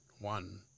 one